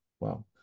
Wow